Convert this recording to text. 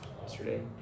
yesterday